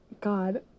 God